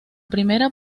primera